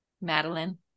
madeline